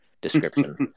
description